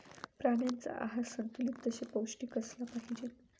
प्राण्यांचा आहार संतुलित तसेच पौष्टिक असला पाहिजे